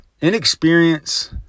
inexperience